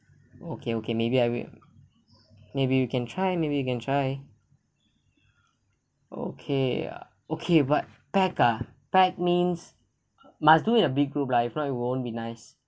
okay okay maybe I will maybe we can try maybe we can try okay okay but pack ah pack means must do in a big group lah if not it won't be nice